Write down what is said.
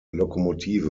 lokomotive